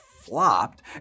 flopped